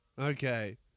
Okay